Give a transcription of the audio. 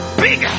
big